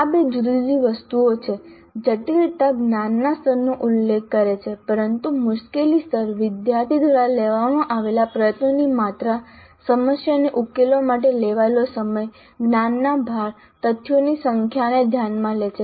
આ બે જુદી જુદી વસ્તુઓ છે જટિલતા જ્ઞાનના સ્તરનો ઉલ્લેખ કરે છે પરંતુ મુશ્કેલી સ્તર વિદ્યાર્થી દ્વારા લેવામાં આવેલા પ્રયત્નોની માત્રા સમસ્યાને ઉકેલવા માટે લેવાયેલો સમય જ્ઞાનના ભાર તથ્યોની સંખ્યાને ધ્યાનમાં લે છે